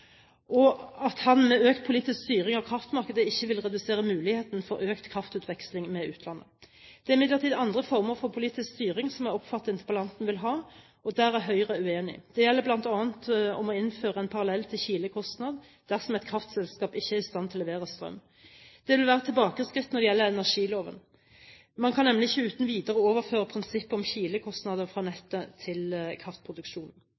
og at han med økt politisk styring av kraftmarkedet ikke vil redusere mulighetene for økt kraftutveksling med utlandet. Det er imidlertid andre former for politisk styring som jeg oppfatter interpellanten vil ha, og der er Høyre uenig. Det gjelder bl.a. å innføre en parallell til KILE-kostnad dersom et kraftselskap ikke er i stand til å levere strøm. Det vil være et tilbakeskritt når det gjelder energiloven. Man kan nemlig ikke uten videre overføre prinsippet om KILE-kostnader fra nettet til kraftproduksjonen. I motsetning til kraftproduksjon,